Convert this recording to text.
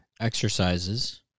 exercises